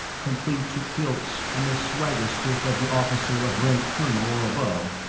complete to kilts and the swagger stick of the officer of rank colonel or above,